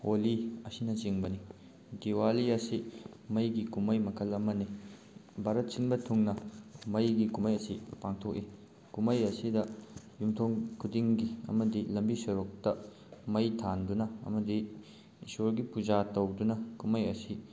ꯍꯣꯂꯤ ꯑꯁꯤꯅꯆꯤꯡꯕꯅꯤ ꯗꯤꯋꯥꯂꯤ ꯑꯁꯤ ꯃꯩꯒꯤ ꯀꯨꯝꯍꯩ ꯃꯈꯜ ꯑꯃꯅꯤ ꯚꯥꯔꯠ ꯁꯤꯟꯕ ꯊꯨꯡꯅ ꯃꯩꯒꯤ ꯀꯨꯝꯍꯩ ꯑꯁꯤ ꯄꯥꯡꯊꯣꯛꯏ ꯀꯨꯝꯍꯩ ꯑꯁꯤꯗ ꯌꯨꯝꯊꯣꯡ ꯈꯨꯗꯤꯡꯒꯤ ꯑꯃꯗꯤ ꯂꯝꯕꯤ ꯁꯣꯔꯣꯛꯇ ꯃꯩ ꯊꯥꯟꯗꯨꯅ ꯑꯃꯗꯤ ꯏꯁꯣꯔꯒꯤ ꯄꯨꯖꯥ ꯇꯧꯗꯨꯅ ꯀꯨꯝꯍꯩ ꯑꯁꯤ